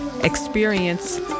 experience